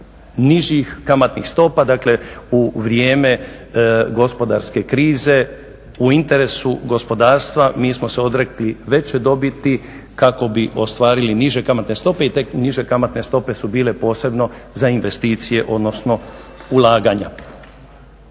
nižih kamatnih stopa, dakle u vrijeme gospodarske krize u interesu gospodarstva mi smo se odrekli veće dobiti kako bi ostvarili niže kamatne stope i te niže kamatne stope su bile posebno za investicije, odnosno ulaganja.